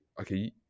okay